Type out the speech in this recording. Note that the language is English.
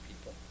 people